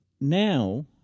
now